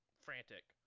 frantic